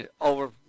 over